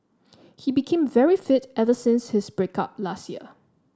he became very fit ever since his break up last year